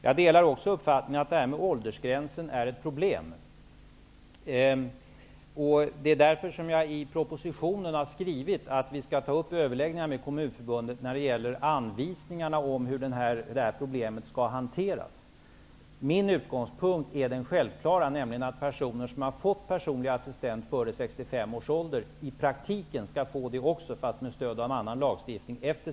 Jag delar också uppfattningen att det här med åldersgränsen är ett problem. Därför har jag i propositionen skrivit att vi skall ta upp överläggningar med Kommunförbundet när det gäller anvisningarna om hur problemet skall hanteras. Min utgångspunkt är självklar, nämligen att personer som en gång fått personlig assistent före 65 års ålder i praktiken skall få den servicen även därefter, fast med stöd av annan lagstiftning.